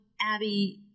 Abby